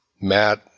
Matt